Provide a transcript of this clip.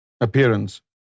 appearance